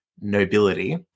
nobility